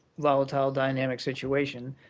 volatile, dynamic situation,